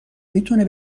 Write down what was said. میتونه